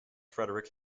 frederick